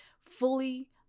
Fully